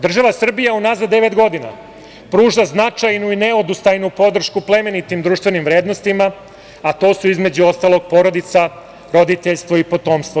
Država Srbija unazad devet godina pruža značajnu i neodustajnu podršku plemenitim društvenim vrednostima, a to su između ostalog porodica, roditeljstvo i potomstvo.